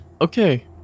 Okay